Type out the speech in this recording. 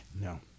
No